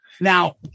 now